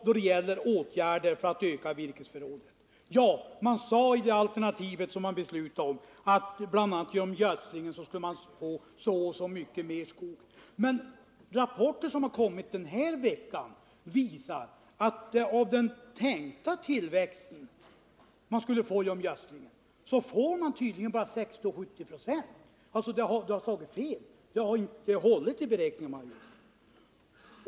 Då det gäller åtgärder för att öka virkesförrådet sade man i det alternativ som det beslutades om att man bl.a. genom gödsling skulle få så och så mycket mer skog. Men rapporter som kommit den här veckan visar att det bara blir 60-70 20 av denna tänkta tillväxt. Det har alltså slagit fel — de beräkningar man gjort har inte hållit.